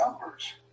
numbers